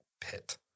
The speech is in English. pit